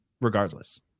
regardless